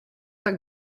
tak